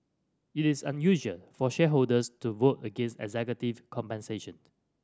it is unusual for shareholders to vote against executive compensation